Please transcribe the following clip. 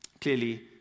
clearly